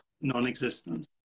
non-existence